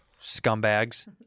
Scumbags